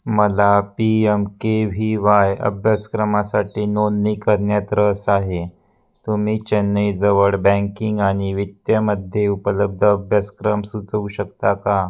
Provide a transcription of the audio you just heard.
मला P M K V Y अभ्यासक्रमासाठी नोंंदणी करण्यात रस आहे तुम्ही चेन्नईजवळ बँकिंग आणि वित्तमध्ये उपलब्ध अभ्यासक्रम सुचवू शकता का